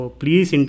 please